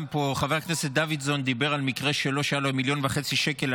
חבר הכנסת דוידסון דיבר על מקרה שלו שהיה לו 1.5 מיליון שקל,